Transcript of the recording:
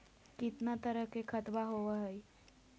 कितना तरह के खातवा होव हई?